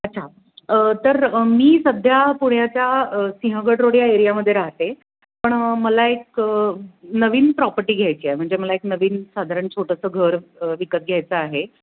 अच्छा तर मी सध्या पुण्याच्या सिंहगड रोड या एरियामध्ये राहते पण मला एक नवीन प्रॉपर्टी घ्यायची आहे म्हणजे मला एक नवीन साधारण छोटंसं घर विकत घ्यायचं आहे